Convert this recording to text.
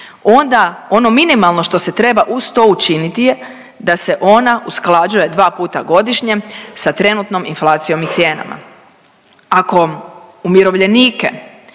onda ono minimalno što se treba uz to učiniti je da se ona usklađuje dva puta godišnje sa trenutnom inflacijom i cijenama. Ako umirovljenike